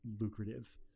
lucrative